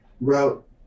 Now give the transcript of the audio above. route